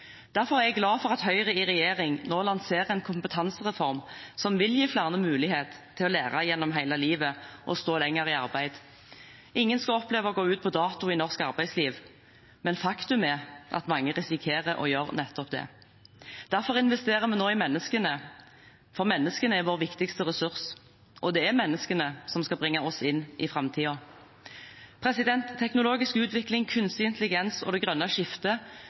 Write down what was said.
Derfor er jeg glad for at Høyre i regjering nå lanserer en kompetansereform som vil gi flere mulighet til å lære gjennom hele livet og stå lenger i arbeid. Ingen skal oppleve å gå ut på dato i norsk arbeidsliv, men faktum er at mange risikerer å gjøre nettopp det. Derfor investerer vi nå i mennesker, for menneskene er vår viktigste ressurs, og det er menneskene som skal bringe oss inn i framtiden. Teknologisk utvikling, kunstig intelligens og det grønne skiftet